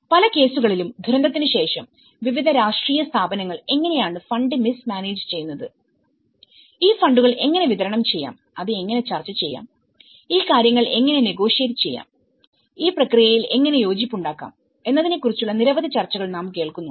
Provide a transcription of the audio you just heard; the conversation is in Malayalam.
പല കേസുകളിലുംദുരന്തത്തിനു ശേഷം വിവിധ രാഷ്ട്രീയ സ്ഥാപനങ്ങൾ എങ്ങനെയാണ് ഫണ്ട് മിസ്മാനേജ് ചെയ്യുന്നത് ഈ ഫണ്ടുകൾഎങ്ങനെ വിതരണം ചെയ്യാം അത് എങ്ങനെ ചർച്ച ചെയ്യാം ഈ കാര്യങ്ങൾ എങ്ങനെ നെഗോഷിയേറ്റ് ചെയ്യാം ഈ പ്രക്രിയയിൽ എങ്ങനെ യോജിപ്പുണ്ടാക്കാം എന്നതിനെക്കുറിച്ചുള്ള നിരവധി ചർച്ചകൾ നാം കേൾക്കുന്നു